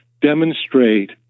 demonstrate